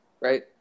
Right